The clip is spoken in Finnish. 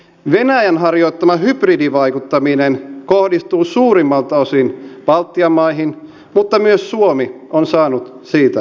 venäjän harjoittama hybridivaikuttaminen kohdistuu suurimmilta osin baltian maihin mutta myös suomi on saanut siitä osansa